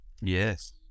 Yes